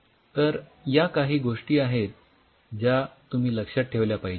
तर या काही गोष्टी आहेत ज्या तुम्ही लक्षात ठेवल्या पाहिजेत